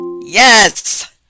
Yes